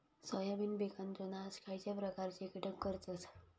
Soybean पिकांचो नाश खयच्या प्रकारचे कीटक करतत?